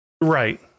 Right